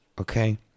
okay